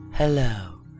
Hello